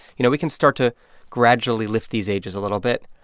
you know, we can start to gradually lift these ages a little bit.